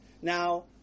Now